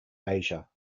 asia